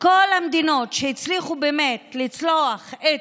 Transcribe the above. כל המדינות שהצליחו באמת לצלוח את